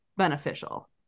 beneficial